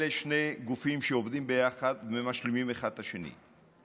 אלה שני גופים שעובדים יחד ומשלימים אחד את השני.